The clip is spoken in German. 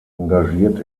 engagiert